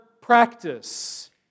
practice